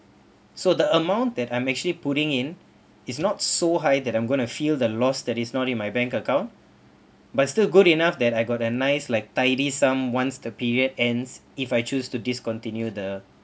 so the amount that I'm actually putting in is not so high that I'm going to feel the loss that is not in my bank account but still good enough that I got a nice like tidy sum once the period ends if I choose to discontinue the